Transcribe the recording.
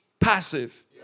passive